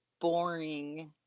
boring